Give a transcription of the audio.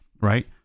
right